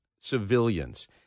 civilians